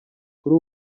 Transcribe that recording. kuri